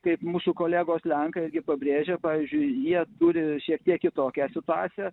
kaip mūsų kolegos lenkai irgi pabrėžia pavyzdžiui jie turi šiek tiek kitokią situaciją